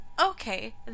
okay